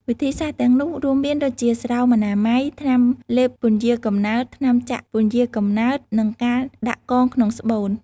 វិធីសាស្ត្រទាំងនោះរួមមានដូចជា ស្រោមអនាម័យ ថ្នាំលេបពន្យារកំណើត ថ្នាំចាក់ពន្យារកំណើត និងការដាក់កងក្នុងស្បូន។